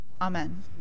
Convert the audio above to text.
Amen